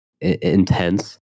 intense